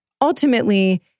ultimately